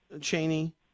Cheney